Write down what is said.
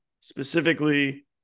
Specifically